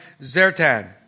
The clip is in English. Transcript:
Zertan